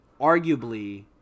arguably